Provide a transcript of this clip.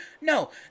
no